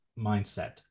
mindset